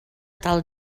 tal